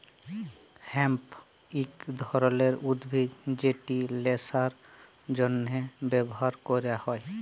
hemp ইক ধরলের উদ্ভিদ যেট ল্যাশার জ্যনহে ব্যাভার ক্যরা হ্যয়